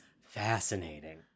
fascinating